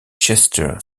chester